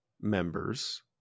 members